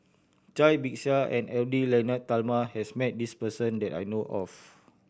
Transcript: Cai Bixia and Edwy Lyonet Talma has met this person that I know of